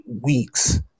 weeks